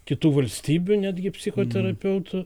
kitų valstybių netgi psichoterapeutų